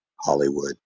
Hollywood